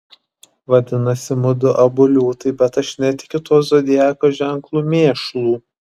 vadinasi mudu abu liūtai bet aš netikiu tuo zodiako ženklų mėšlu